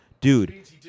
dude